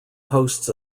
hosts